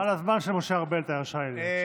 נתחיל מההתחלה.